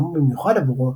שהותאמו במיוחד עבורו,